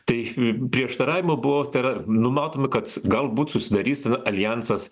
tai prieštaravimai buvo tai yra numatomi kad galbūt susidarys aljansas